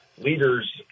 leaders